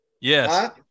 Yes